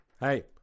hey